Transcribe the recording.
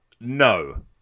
No